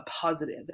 positive